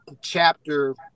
chapter